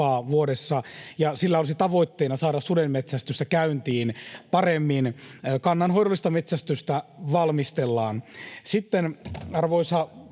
sillä olisi tavoitteena saada sudenmetsästystä käyntiin paremmin. Kannanhoidollista metsästystä valmistellaan.